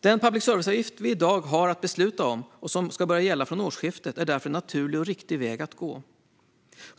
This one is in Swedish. Den public service-avgift vi i dag har att besluta om och som ska börja gälla från årsskiftet är därför en naturlig och riktig väg att gå.